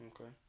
Okay